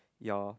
your